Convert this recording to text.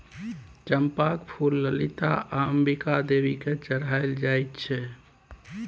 चंपाक फुल ललिता आ अंबिका देवी केँ चढ़ाएल जाइ छै